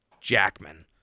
Jackman